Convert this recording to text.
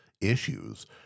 issues